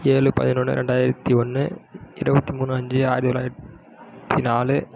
ஏழு பதினொன்னு ரெண்டாயிரத்தி ஒன்று இருபத்தி மூணு அஞ்சு ஆயிர்த்தி தொளாயிரத்தி நாலு